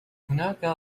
هناك